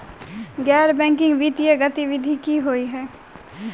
गैर बैंकिंग वित्तीय गतिविधि की होइ है?